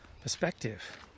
perspective